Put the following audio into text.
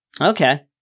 Okay